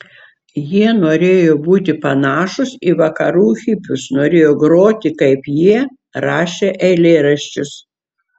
jie norėjo būti panašūs į vakarų hipius norėjo groti kaip jie rašė eilėraščius